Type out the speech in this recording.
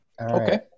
Okay